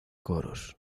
coros